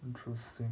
interesting